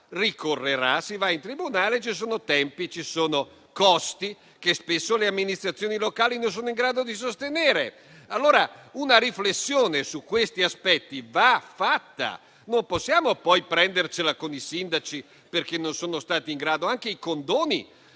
andrà in tribunale, con tempi e costi che spesso le amministrazioni locali non sono in grado di sostenere. Una riflessione su questi aspetti, quindi, va fatta. Non possiamo poi prendercela con i sindaci perché non sono stati in grado. Sono